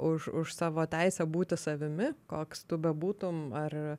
už už savo teisę būti savimi koks tu bebūtum ar